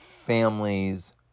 families